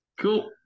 Cool